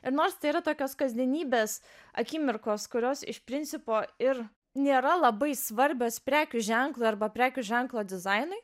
ir nors tai yra tokios kasdienybės akimirkos kurios iš principo ir nėra labai svarbios prekių ženklui arba prekių ženklo dizainui